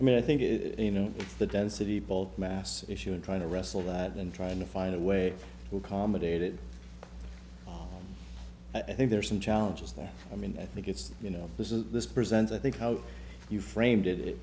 i mean i think it is you know the density ball mass issue and trying to wrestle that than trying to find a way to accommodate it i think there are some challenges there i mean i think it's you know this is this present i think how you frame did it i